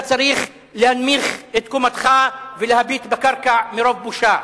אתה צריך להנמיך את קומתך ולהביט בקרקע מרוב בושה.